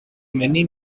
many